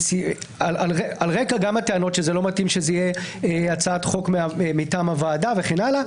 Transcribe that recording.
על רקע הטענות שזה לא מתאים שזאת תהיה הצעת חוק מטעם הוועדה וכן הלאה,